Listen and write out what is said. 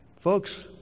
Folks